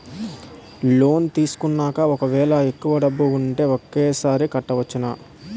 Loan తీసుకున్నాక ఒకవేళ ఎక్కువ డబ్బులు ఉంటే ఒకేసారి కట్టవచ్చున?